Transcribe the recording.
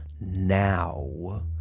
now